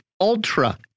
ultra